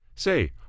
say